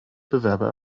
bewerber